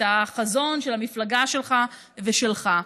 את החזון של המפלגה שלך ושלך,